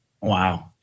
Wow